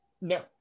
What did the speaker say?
no